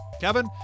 Kevin